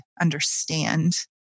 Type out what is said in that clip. understand